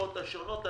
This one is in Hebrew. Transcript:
לעמותות השונות.